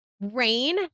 Rain